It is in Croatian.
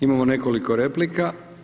Imamo nekoliko replika.